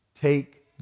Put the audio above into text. take